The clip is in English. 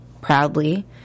proudly